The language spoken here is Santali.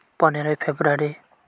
ᱯᱚᱱᱮᱨᱚᱭ ᱯᱷᱮᱵᱨᱩᱣᱟᱨᱤ